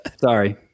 Sorry